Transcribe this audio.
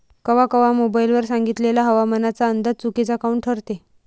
कवा कवा मोबाईल वर सांगितलेला हवामानाचा अंदाज चुकीचा काऊन ठरते?